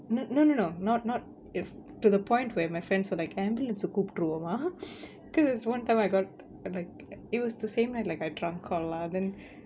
n~ no no no not not if to the point where my friends were like ambulance கூப்ட்டுருவோமா:kooptturuvomaa cause there's one time I got like it was the same like like I drunk a lot then